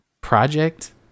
project